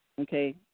okay